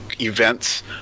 events